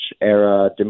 era